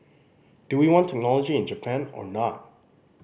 do we want technology in Japan or not